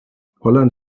holland